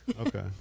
Okay